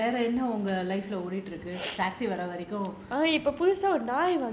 அப்புறம் வேற என்ன உங்க:appuram vera enna unga drive lorry ஓடீட்டு இருக்குoditu iruku taxi வர வரைக்கும்:vara varaikum